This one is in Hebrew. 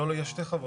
לא, לא, יש שתי חוות.